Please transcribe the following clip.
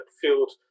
field